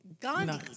Gandhi